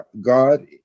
God